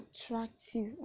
attractive